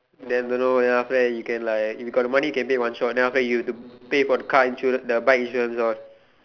then don't know then after that you can like if you got the money you can pay one shot then after you have to pay for the car insurance the bike insurance all